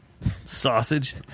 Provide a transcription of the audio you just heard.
Sausage